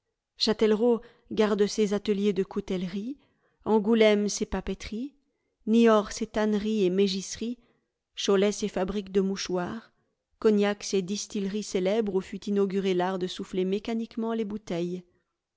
châtellerault garde ses ateliers de coutellerie angoulême ses papeteries niort ses tanneries et mégisseries cholet ses fabriques de mouchoirs cognac ses distilleries célèbres où fut inauguré l'art de soutiler mécaniquement les bouteilles